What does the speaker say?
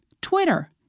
Twitter